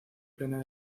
plena